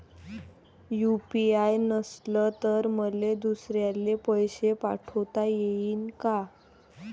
UPI नसल तर मले दुसऱ्याले पैसे पाठोता येईन का?